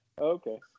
okay